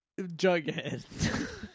Jughead